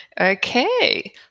Okay